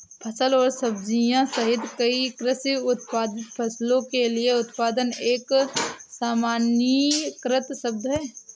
फल और सब्जियां सहित कई कृषि उत्पादित फसलों के लिए उत्पादन एक सामान्यीकृत शब्द है